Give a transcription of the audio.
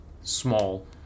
small